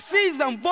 Season